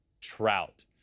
Trout